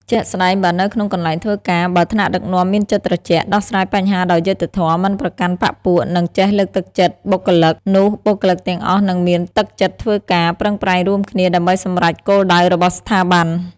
ជាក់ស្ដែង បើនៅក្នុងកន្លែងធ្វើការ បើថ្នាក់ដឹកនាំមានចិត្តត្រជាក់ ដោះស្រាយបញ្ហាដោយយុត្តិធម៌ មិនប្រកាន់បក្សពួក និងចេះលើកទឹកចិត្តបុគ្គលិក នោះបុគ្គលិកទាំងអស់នឹងមានទឹកចិត្តធ្វើការ ប្រឹងប្រែងរួមគ្នាដើម្បីសម្រេចគោលដៅរបស់ស្ថាប័ន។